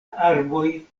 arboj